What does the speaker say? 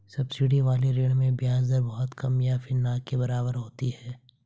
subsidy वाले ऋण में ब्याज दर बहुत कम या फिर ना के बराबर होती है